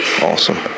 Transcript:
Awesome